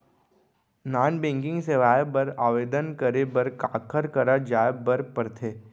non banking सेवाएं बर आवेदन करे बर काखर करा जाए बर परथे